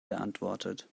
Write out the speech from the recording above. beantwortet